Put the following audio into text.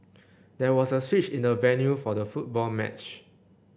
there was a switch in the venue for the football match